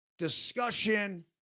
discussion